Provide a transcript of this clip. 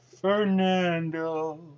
Fernando